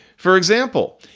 for example,